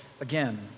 again